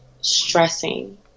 stressing